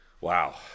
Wow